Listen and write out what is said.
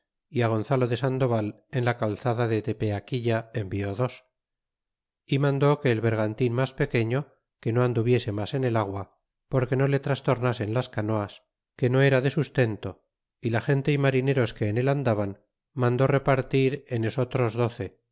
gonzalo de sandoval en la calzada de tepeaquilla envió dos y mandó que el bergantin mas pequeño que no anduviese mas en el agua porque no le trastornasen las canoas que no era de sustento y la gente y marineros que en al andaban mandó repartir en esotros doce